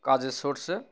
কাজে সোর্সে